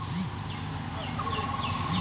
ই commerce এ কি পণ্যের দর কশাকশি করা য়ায়?